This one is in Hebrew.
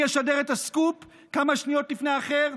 ישדר את הסקופ כמה שניות לפני האחר,